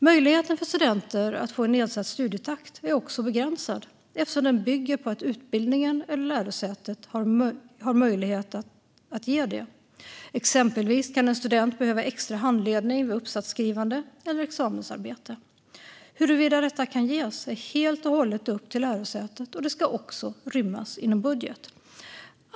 Möjligheten för studenter att få en nedsatt studietakt är också begränsad, eftersom den bygger på att utbildningen eller lärosätet har möjlighet att ge det. Exempelvis kan en student behöva extra handledning vid uppsatsskrivande eller examensarbete. Huruvida detta kan ges är helt och hållet upp till lärosätet och ska också rymmas inom budget.